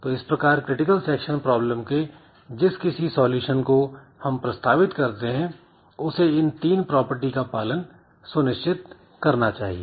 तो इस प्रकार क्रिटिकल सेक्शन प्रॉब्लम के जिस किसी सॉल्यूशन को हम प्रस्तावित करते हैं उसे इन तीन प्रॉपर्टी का पालन सुनिश्चित करना चाहिए